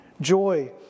Joy